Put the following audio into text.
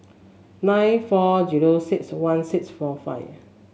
nine four zero six one six four five